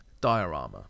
diorama